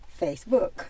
Facebook